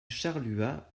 charluat